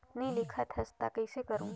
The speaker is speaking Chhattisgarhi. नी लिखत हस ता कइसे करू?